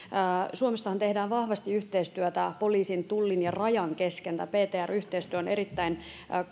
suomessahan tehdään vahvasti yhteistyötä poliisin tullin ja rajan kesken tämä ptr yhteistyö on toiminut